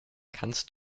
kannst